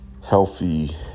healthy